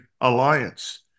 alliance